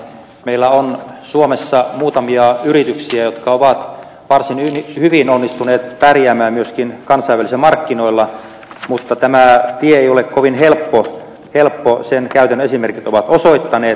meillä on suomessa muutamia yrityksiä jotka ovat varsin hyvin onnistuneet pärjäämään myöskin kansainvälisillä markkinoilla mutta tämä tie ei ole kovin helppo sen käytännön esimerkit ovat osoittaneet